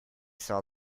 saw